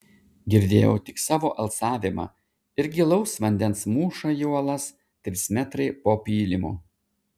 girdėjau tik savo alsavimą ir gilaus vandens mūšą į uolas trys metrai po pylimu